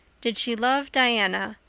did she love diana,